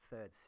third